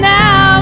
now